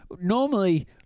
Normally